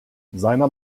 seiner